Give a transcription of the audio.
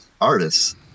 artists